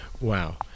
Wow